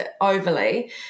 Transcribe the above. overly